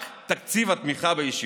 רק תקציב התמיכה בישיבות.